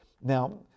Now